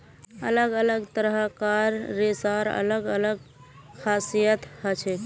अलग अलग तरह कार रेशार अलग अलग खासियत हछेक